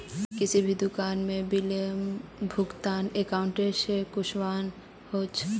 किसी भी दुकान में बिलेर भुगतान अकाउंट से कुंसम होचे?